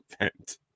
event